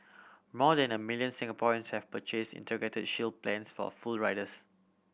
more than a million Singaporeans have purchased Integrated Shield plans for full riders